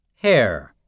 hair